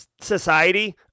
society